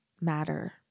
matter